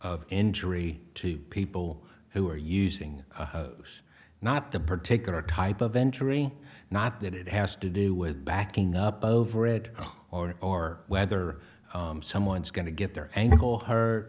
of injury to people who are using those not the particular type of entry not that it has to do with backing up over it or or whether someone's going to get their ankle her